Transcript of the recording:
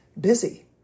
busy